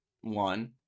One